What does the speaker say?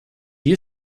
you